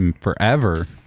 forever